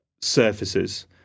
surfaces